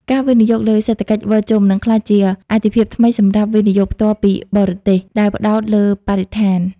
ការវិនិយោគលើ "សេដ្ឋកិច្ចវិលជុំ" នឹងក្លាយជាអាទិភាពថ្មីសម្រាប់ វិនិយោគផ្ទាល់ពីបរទេស ដែលផ្ដោតលើបរិស្ថាន។